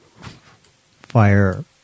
fire